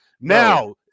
now